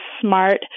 smart